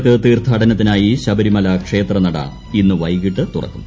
മകരവിളക്ക് തീർത്ഥാടനത്തിനായി ശബരിമലക്ഷേത്രനട ഇന്ന് വൈകിട്ട് തുറക്കും